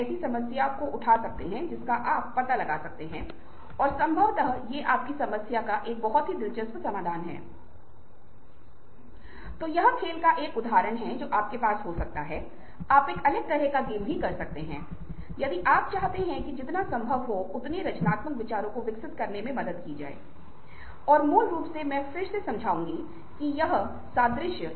कई बार व्यक्तिगत जीवन में जानते हैं मान लें कि कभी कभी हमे अन्य व्यक्तियों या सहकर्मियों के साथ दूसरे पक्ष के साथ कुछ मुद्दों कुछ समस्याएँ होते हैं तब हम किसी ऐसे व्यक्ति की मदद लेते हैं जो वास्तव में बहुत ईमानदार सच्चा है और एक दूसरे की मदद करने की कोशिश करता है और यदि वह दोनों पक्षों के लिए स्वीकार्य है तो शायद वह बातचीत करने में बहुत महत्वपूर्ण भूमिका निभा सकता है